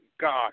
God